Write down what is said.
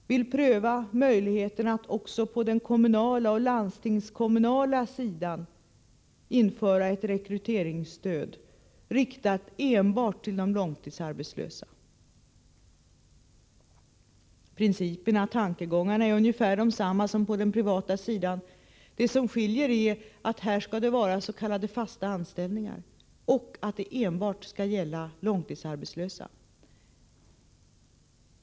Vi vill pröva möjligheterna att också på den kommunala och den landstingskommunala sidan införa ett rekryteringsstöd som riktar in sig enbart på de långtidsarbetslösa. Principen och tankegångarna är ungefär desamma som på den privata sidan. Det som skiljer är att det här skall vara s.k. fasta anställningar och att de enbart skall gälla långtidsarbetslösa.